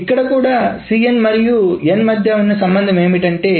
ఇక్కడ కూడా Cn మరియు Nn మధ్య ఉన్న సంబంధం ఏమిటి అంటే